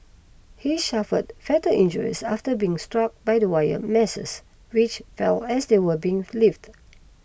he suffered fatal injuries after being struck by the wire meshes which fell as they were being lifted